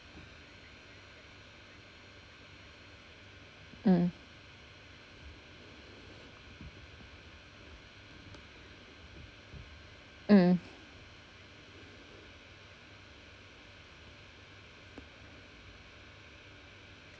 mm mm